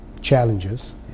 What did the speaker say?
challenges